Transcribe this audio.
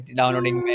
downloading